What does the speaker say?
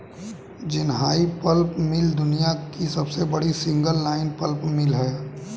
Jinhai pulp mill दुनिया की सबसे बड़ी सिंगल लाइन पल्प मिल है